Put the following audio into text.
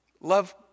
love